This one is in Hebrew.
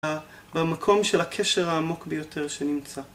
במקום של הקשר העמוק ביותר שנמצא.